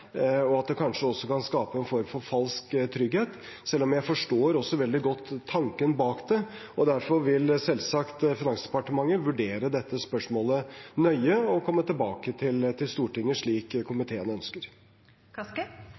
og at det kanskje også kan skape en form for falsk trygghet, selv om jeg veldig godt forstår tanken bak det, og derfor vil Finansdepartementet selvsagt vurdere dette spørsmålet nøye og komme tilbake til Stortinget, slik komiteen ønsker.